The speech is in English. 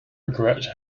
regret